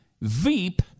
Veep